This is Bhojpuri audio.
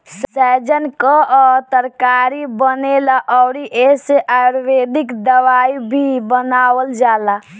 सैजन कअ तरकारी बनेला अउरी एसे आयुर्वेदिक दवाई भी बनावल जाला